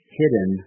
hidden